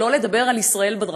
אבל לא לדבר על ישראל,